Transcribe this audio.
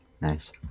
Nice